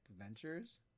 ventures